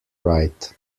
right